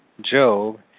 Job